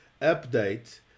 update